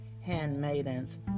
handmaidens